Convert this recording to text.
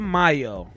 Mayo